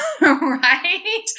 right